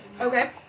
Okay